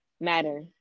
matter